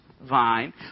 vine